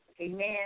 Amen